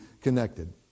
connected